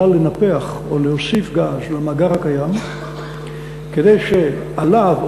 את צריכה לנפח או להוסיף גז למאגר הקיים כדי שעליו,